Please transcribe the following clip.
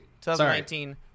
2019